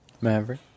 Maverick